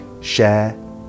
share